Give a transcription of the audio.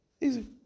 Easy